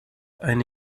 eine